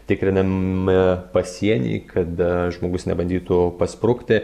tikrinami pasieniai kad žmogus nebandytų pasprukti